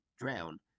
drown